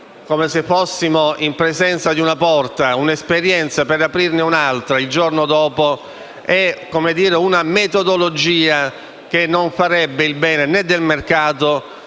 (come se fossimo in presenza di una porta) un'esperienza per aprirne un'altra il giorno dopo, è una metodologia che non farebbe il bene né del mercato,